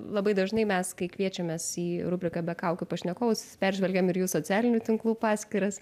labai dažnai mes kai kviečiamės į rubriką be kaukių pašnekovus peržvelgiam ir jų socialinių tinklų paskyras